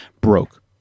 broke